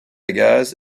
gaz